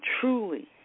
truly